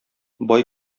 бай